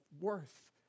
worth